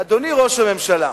אדוני ראש הממשלה,